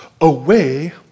away